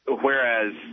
Whereas